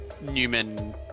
Newman